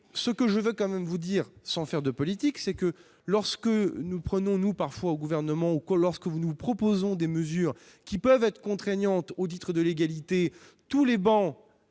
ce que je veux quand même vous dire, sans faire de politique, c'est que lorsque nous prenons-nous parfois au gouvernement ou que lorsque vous nous proposons des mesures qui peuvent être contraignantes au titre de l'égalité tous les bons